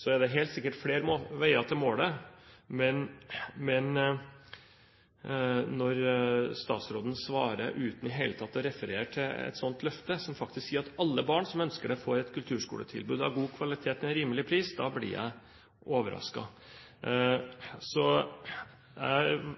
Så er det helt sikkert flere veier til målet. Men når statsråden svarer uten i det hele tatt å referere til et slikt løfte, som faktisk sier at «alle barn som ønsker det får et kulturskoletilbud av god kvalitet til en rimelig pris», da blir jeg overrasket. Så jeg